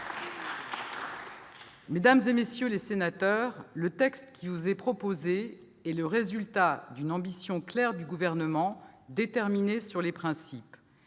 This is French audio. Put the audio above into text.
Mesdames, messieurs les sénateurs, le texte qui vous est soumis est le résultat d'une ambition claire du Gouvernement, déterminé sur les principes